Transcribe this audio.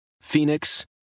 Phoenix